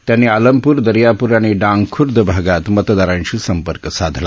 त्यांनी आलामपूर दर्यापूर आणि डांगखूर्द भागात मतदारांशी संपर्क साधला